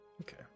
Okay